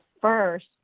first